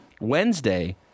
Wednesday